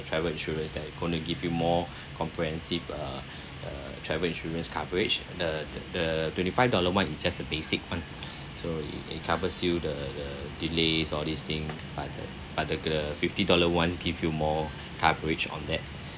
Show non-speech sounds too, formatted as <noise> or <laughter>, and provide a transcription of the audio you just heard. travel insurance that it gonna give you more comprehensive uh travel insurance coverage the the twenty five dollar one is just a basic one <breath> so it covers you the the delays all these thing but the but the the fifty dollar one give you more coverage on that <breath>